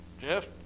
Jeff